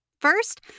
First